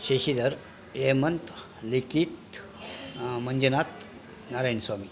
Shashidhar Hemanth Likhith Manjunath Narayan Swami